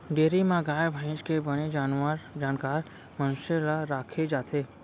dairy म गाय भईंस के बने जानकार मनसे ल राखे जाथे